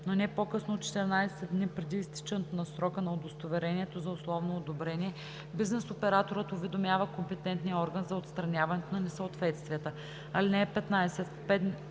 но не по-късно от 14 дни преди изтичането на срока на удостоверението за условно одобрение, бизнес операторът уведомява компетентния орган за отстраняването на несъответствията. (11)